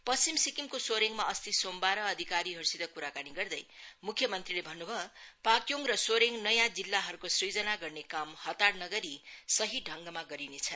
पश्चिम सिक्किमको सोरेङमा अस्ति सोमबार अधिकारीहरूसित क्राकानी गर्दै म्ख्यमन्त्रीले भन्न् भयो पाक्योङ र सोरेङ नयाँ दिल्लीहरूको सूजना गर्ने काम हतार नगरी सही ढङ्गमा गरिनेछ